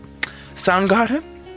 Soundgarden